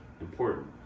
important